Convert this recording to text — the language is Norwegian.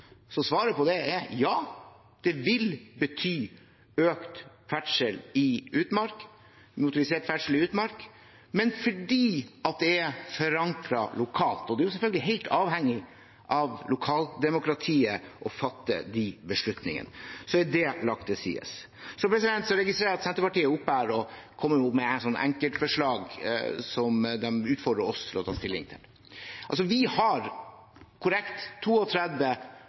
Så svaret på det er: Det vil bety økt motorisert ferdsel i utmark – men fordi det er lokalt forankret. Det er selvfølgelig helt avhengig av at lokaldemokratiet fatter de beslutningene. Så er det lagt til side. Så registrerer jeg at Senterpartiet er oppe på talerstolen og kommer med enkeltforslag som de utfordrer oss til å ta stilling til. Vi har – korrekt